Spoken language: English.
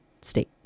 state